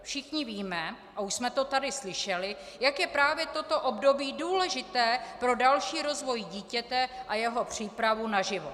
Všichni víme a už jsme to tady slyšeli, jak je právě toto období důležité pro další rozvoj dítěte a jeho přípravu na život.